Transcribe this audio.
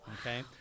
okay